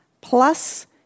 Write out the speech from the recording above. plus